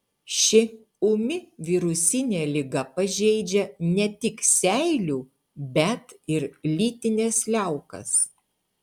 ši ūmi virusinė liga pažeidžia ne tik seilių bet ir lytines liaukas